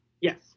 Yes